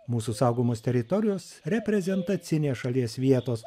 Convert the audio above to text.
mūsų saugomos teritorijos reprezentacinės šalies vietos